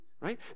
right